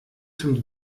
zum